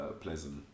Pleasant